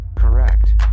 Correct